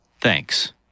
Thanks